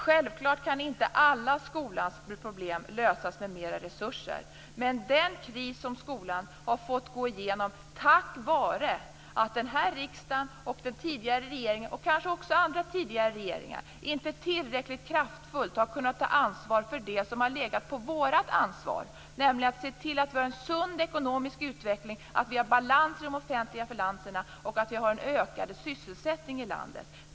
Självklart kan inte alla skolans problem lösas med mer resurser. Men skolan har fått gå igenom en kris på grund av att den här riksdagen, den tidigare regeringen och kanske också andra tidigare regeringar inte tillräckligt kraftfullt har kunnat ta ansvar för det som legat på oss, nämligen att se till att vi har en sund ekonomisk utveckling, att vi har balans i de offentliga finanserna och att vi har en ökad sysselsättning i landet.